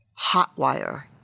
hotwire